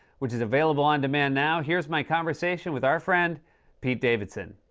which is available on demand now. here's my conversation with our friend pete davidson.